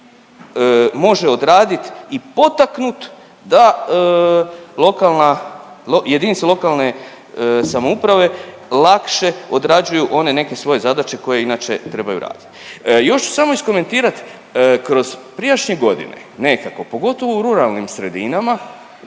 može odradit i potaknut da lokalna jedinice lokalne samouprave lakše odrađuju one neke svoje zadaće koje inače trebaju radit. Još ću samo iskomentirat kroz prijašnje godine nekako pogotovo u ruralnim sredinama